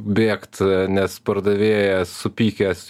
bėgt nes pardavėjas supykęs